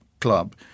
club